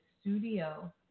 studio